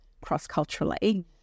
cross-culturally